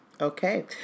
Okay